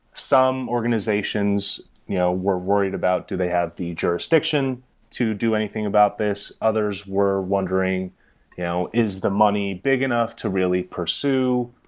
some organizations you know were worried about do they have the jurisdiction to do anything about this? others were wondering you know is the money big enough to really pursue?